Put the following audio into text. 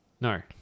No